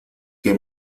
que